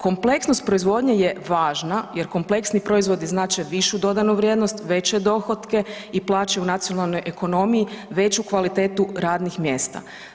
Kompleksnost proizvodnje je važna jer kompleksni proizvodi znače višu dodanu vrijednost, veće dohotke i plaćaju nacionalnoj ekonomiji veću kvalitetu radnih mjesta.